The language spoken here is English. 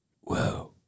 Whoa